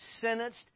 sentenced